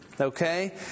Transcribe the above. okay